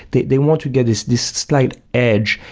they they want to get this this slight edge,